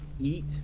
Eat